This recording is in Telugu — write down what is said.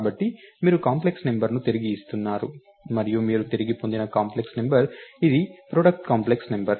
కాబట్టి మీరు కాంప్లెక్స్ నంబర్ను తిరిగి ఇస్తున్నారు మరియు మీరు తిరిగి పొందిన కాంప్లెక్స్ నంబర్ ఇది ప్రాడక్ట్ కాంప్లెక్స్ నంబర్